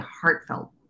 heartfelt